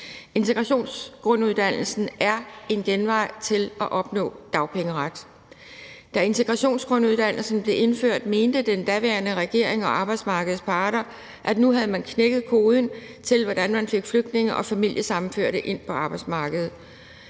Integrationsgrunduddannelsen er en genvej til at opnå dagpengeret. Da integrationsgrunduddannelsen blev indført, mente den daværende regering og arbejdsmarkedets parter, at nu havde man knækket koden til, hvordan man fik flygtninge og familiesammenførte ind på arbejdsmarkedet.